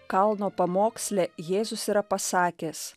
kalno pamoksle jėzus yra pasakęs